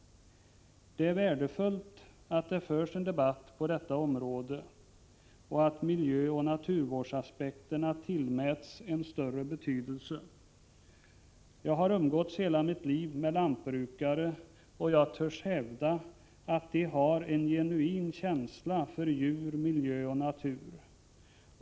Det är värdefullt att det förs en debatt på detta område och att miljöoch naturvårdsaspekterna tillmäts större betydelse. Jag har hela mitt liv umgåtts med lantbrukare, och jag törs hävda att de har en genuin känsla för djur, miljö och natur.